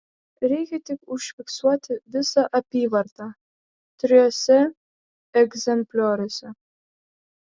reikia tik užfiksuoti visą apyvartą trijuose egzemplioriuose